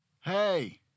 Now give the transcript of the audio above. Hey